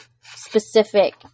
specific